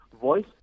voice